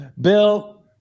Bill